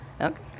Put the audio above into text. Okay